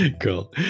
cool